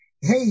Hey